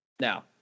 Now